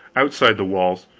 outside the walls,